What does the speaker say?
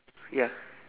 ya